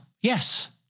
Yes